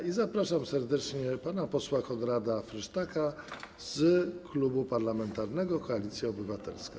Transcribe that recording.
I zapraszam serdecznie pana posła Konrada Frysztaka z Klubu Parlamentarnego Koalicja Obywatelska.